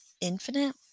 infinite